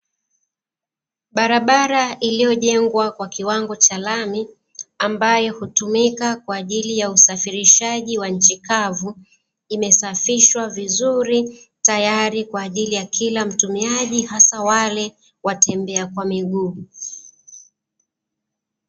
Barabara iliyojengwa kwa kiwango cha lami ambayo hutumika kwa ajili ya usafirishaji wa nchi kavu, imesafishwa vizuri tayari kwa ajili ya kila mtumiaji hasa wale watembea kwa miguu.